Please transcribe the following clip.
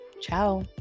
Ciao